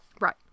Right